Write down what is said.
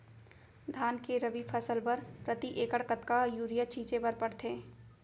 धान के रबि फसल बर प्रति एकड़ कतका यूरिया छिंचे बर पड़थे?